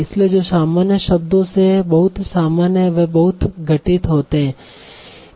इसलिए जो सामान्य शब्दों से है बहुत सामान्य है वे बहुत घटित होते हैं